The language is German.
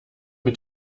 mit